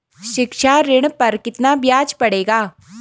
शिक्षा ऋण पर कितना ब्याज पड़ेगा?